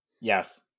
Yes